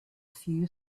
few